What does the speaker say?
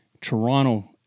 Toronto